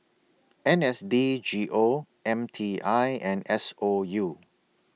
N S D G O M T I and S O U